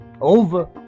Over